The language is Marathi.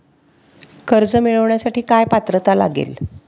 कर्ज मिळवण्यासाठी काय पात्रता लागेल?